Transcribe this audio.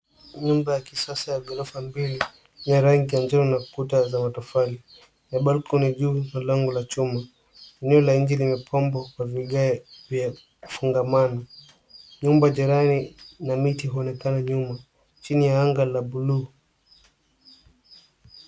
Nyumba ya kisasa ya ghorofa mbili ina rangi ya njano na kuta za matofali, ina balkoni juu na lango la chuma. Eneo la nje limepambwa kwa vigae vya kufungamana. Nyumba jirani na miti huonekana nyuma, chini ya anga la bluu.